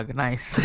nice